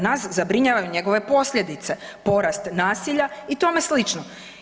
Nas zabrinjavaju njegove posljedice, porast nasilja i tome slično.